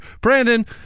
Brandon